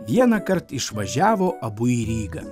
vienąkart išvažiavo abu į rygą